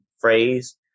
phrase